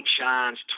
shines